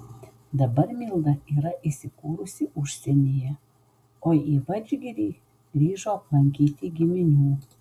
dabar milda yra įsikūrusi užsienyje o į vadžgirį grįžo aplankyti giminių